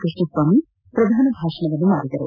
ಕೃಷ್ಣಸ್ವಾಮಿ ಪ್ರಧಾನ ಭಾಷಣ ಮಾಡಿದರು